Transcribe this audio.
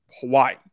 Hawaii